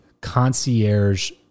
concierge